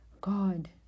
God